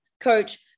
coach